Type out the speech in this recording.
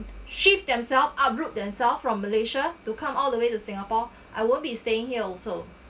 shift themselves up root themselves from malaysia to come all the way to singapore I won't be staying here also